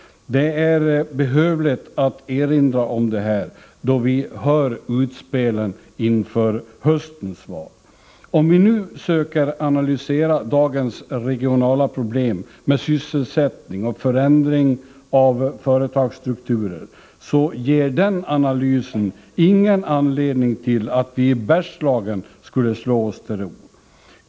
Det är behövligt att erinra om detta, då vi hör utspelen inför höstens val. Om vi nu söker analysera dagens regionala problem med sysselsättning och förändring av företagsstrukturer, finner vi att den analysen inte ger någon anledning till att vi i Bergslagen skulle slå oss till ro.